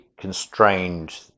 constrained